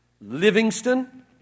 Livingston